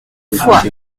foix